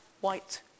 white